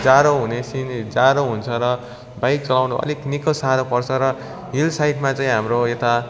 जाडो हुने सिन जाडो हुन्छ बाइक चलाउनु अलिक निकै साह्रो पर्छ र हिल साइडमा चाहिँ हाम्रो ता